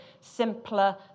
simpler